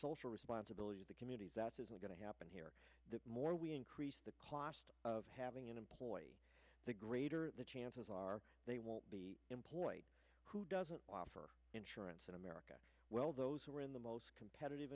social responsibility to the communities that says we're going to happen here the more we increase the cost of having an employee the greater the chances are they won't be employed who doesn't want for insurance in america well those who are in the most competitive